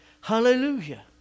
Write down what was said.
Hallelujah